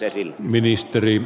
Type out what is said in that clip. arvoisa puhemies